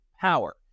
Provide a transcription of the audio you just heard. power